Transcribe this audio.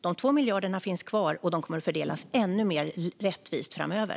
De 2 miljarderna finns kvar, och de kommer att fördelas ännu mer rättvist framöver.